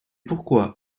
pourquoi